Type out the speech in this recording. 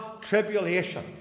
tribulation